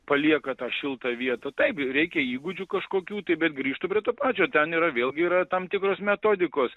palieka tą šiltą vietą taip reikia įgūdžių kažkokių tai bet grįžtu prie to pačio ten yra vėlgi yra tam tikros metodikos